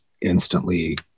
instantly